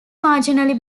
marginally